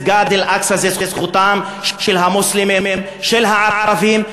מסגד אל-אקצא זה זכותם של המוסלמים, של הערבים.